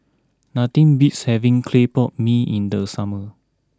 nothing beats having Clay Pot Mee in the summer